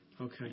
okay